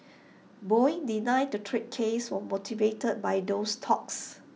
boeing denied the trade case was motivated by those talks